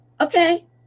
okay